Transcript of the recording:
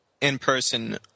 in-person